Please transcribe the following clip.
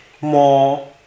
more